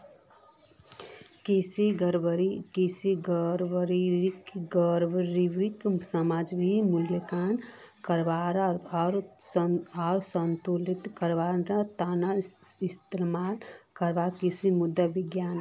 कृषि गड़बड़ीक समझवा, मूल्यांकन करवा आर संतुलित करवार त न इस्तमाल करवार कृषि मृदा विज्ञान